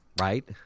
right